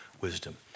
wisdom